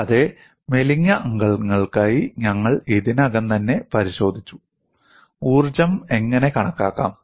കൂടാതെ മെലിഞ്ഞ അംഗങ്ങൾക്കായി ഞങ്ങൾ ഇതിനകം തന്നെ പരിശോധിച്ചു ഊർജ്ജം എങ്ങനെ കണക്കാക്കാം